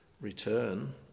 return